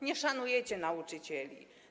Nie szanujecie nauczycieli.